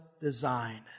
design